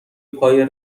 پای